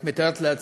את מתארת לעצמך,